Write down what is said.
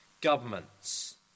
governments